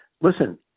listen